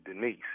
Denise